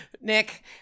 Nick